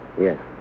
Yes